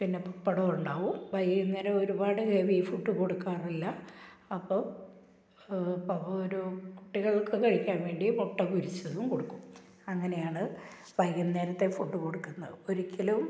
പിന്നെ പപ്പടവും ഉണ്ടാകും വൈകുന്നേരം ഒരുപാട് ഹെവി ഫുഡ് കൊടുക്കാറില്ല അപ്പം പ്പവ് ഒരു കുട്ടികള്ക്ക് കഴിക്കാന് വേണ്ടി മുട്ട പൊരിച്ചതും കൊടുക്കും അങ്ങനെയാണ് വൈകുന്നേരത്തെ ഫുഡ്സ് കൊടുക്കുന്നത് ഒരിക്കലും